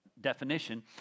definition